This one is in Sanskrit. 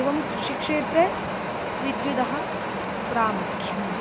एवं कृषिक्षेत्रे विद्युदः प्रामुख्यम्